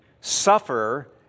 suffer